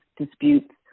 disputes